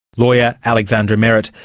lawyer alexandra merrett.